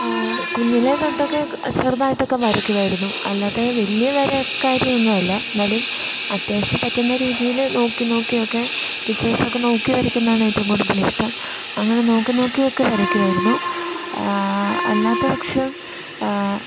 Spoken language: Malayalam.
കുഞ്ഞിലെ തൊട്ടൊക്കെ ചെറുതായിട്ടൊക്ക വരക്കുമായിരുന്നു അല്ലാതെ വലിയ വരക്കാരി ഒന്നുമല്ല എന്നാലും അത്യാവശ്യം പറ്റുന്ന രീതിയിൽ നോക്കി നോക്കിയൊക്കെ പിക്ചേഴ്സൊക്ക നോക്കി വരക്കുന്നതാണ് ഏറ്റവും കൂടുതൽ ഇഷ്ടം അങ്ങനെ നോക്കി നോക്കിയൊക്കെ വരയ്ക്കുമായിരുന്നു അല്ലാത്ത പക്ഷം